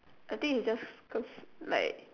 I think it's just cause like